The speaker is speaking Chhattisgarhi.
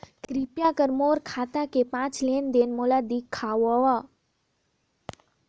कृपया कर मोर खाता के पांच लेन देन मोला दिखावव